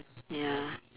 ya